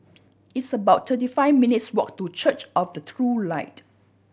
it's about thirty five minutes' walk to Church of the True Light